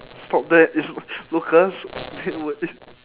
stop that it's lucas they will think